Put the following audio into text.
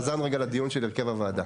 אנחנו חזרנו רגע לדיון של הרכב הוועדה.